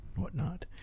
whatnot